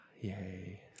Yay